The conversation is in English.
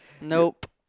Nope